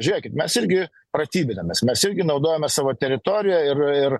žiūrėkit mes irgi pratybinamės mes irgi naudojame savo teritorijoj ir ir